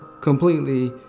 completely